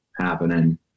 happening